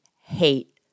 hate